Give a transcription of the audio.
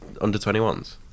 under-21s